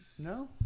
No